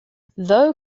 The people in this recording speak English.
thou